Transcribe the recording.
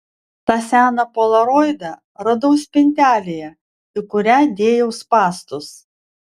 tą seną polaroidą radau spintelėje į kurią dėjau spąstus